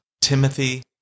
Timothy